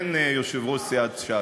השר, כן, יושב-ראש סיעת ש"ס.